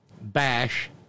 bash